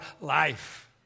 life